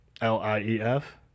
L-I-E-F